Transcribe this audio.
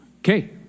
okay